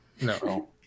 No